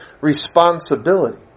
responsibility